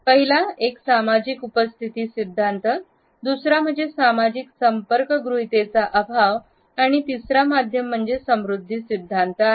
पहिला एक सामाजिक उपस्थिती सिद्धांत आहे दुसरे म्हणजे सामाजिक संपर्क गृहीतेचा अभाव आणि तिसरा माध्यम समृद्धी सिद्धांत आहे